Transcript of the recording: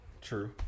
True